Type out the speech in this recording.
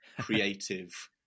creative